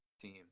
team